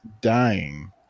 dying